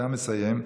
אתה מסיים.